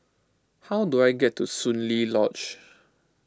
how do I get to Soon Lee Lodge